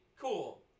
Cool